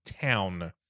town